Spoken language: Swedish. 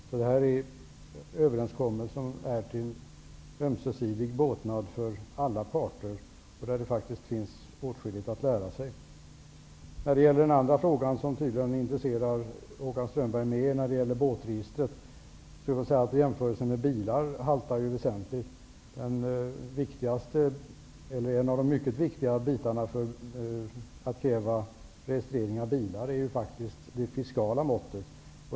Så den överenskommelse som träffats i Danmark är till båtnad för alla parter, och där finns faktiskt åtskilligt att lära. I den andra båtregisterfrågan, som tydligen intresserar Håkan Strömberg mer, vill jag säga att jämförelsen med bilar haltar väsentligt. Ett av de mycket viktiga skälen för att registrera bilar är faktiskt det fiskala måttet.